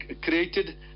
created